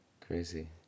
Crazy